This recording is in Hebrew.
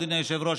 אדוני היושב-ראש,